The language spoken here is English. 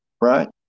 right